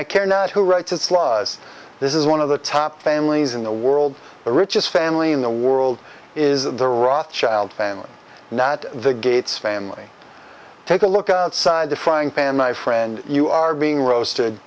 care not who writes its laws this is one of the top families in the world the richest family in the world is of the rothschild family now that the gates family take a look outside the frying pan my friend you are being roasted